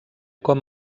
com